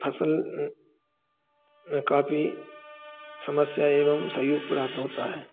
फसल में काफी समस्या एवं सहयोग प्राप्त होता है